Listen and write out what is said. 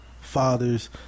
fathers